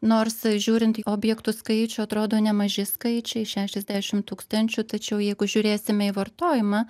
nors žiūrint į objektų skaičių atrodo nemaži skaičiai šešiasdešimt tūkstančių tačiau jeigu žiūrėsime į vartojimą